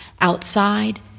Outside